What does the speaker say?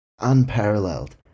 unparalleled